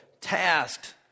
tasked